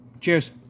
Cheers